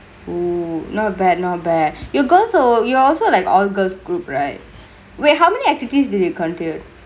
oh not bad not bad you go so you also like all girls group right wait how many equities did he continued